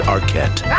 Arquette